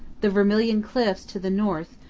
the vermilion cliffs to the north,